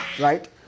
Right